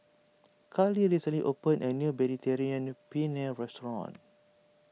Carly recently opened a new Mediterranean Penne restaurant